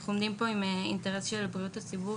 אנחנו מדברים פה על אינטרס של בריאות הציבור,